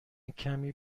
کمی